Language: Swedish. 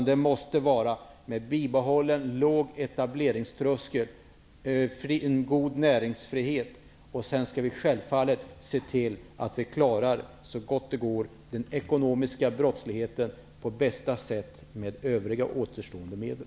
Det måste ske med bibehållen låg etableringströskel och en god näringsfrihet. Sedan skall vi självfallet se till att vi så gott det går klarar av den ekonomiska brottsligheten på bästa sätt med övriga återstående medel.